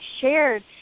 shared